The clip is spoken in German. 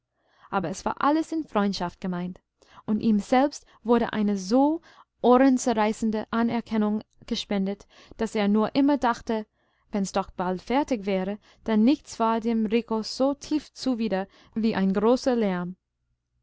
aber es war alles in freundschaft gemeint und ihm selbst wurde eine so ohrenzerreißende anerkennung gespendet daß er nur immer dachte wenn's doch bald fertig wäre denn nichts war dem rico so tief zuwider wie ein großer lärm